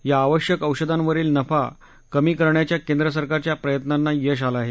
या आवश्यक औषधांवरील नफा कमी करण्याच्या केंद्र सरकारच्या प्रयत्नांना यश आलं आहे